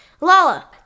Lala